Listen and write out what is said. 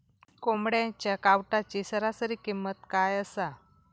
कोंबड्यांच्या कावटाची सरासरी किंमत काय असा?